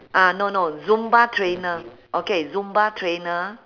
ah no no zumba trainer okay zumba trainer